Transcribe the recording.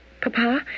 Papa